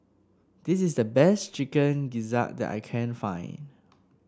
this is the best Chicken Gizzard that I can find